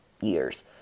years